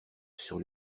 sur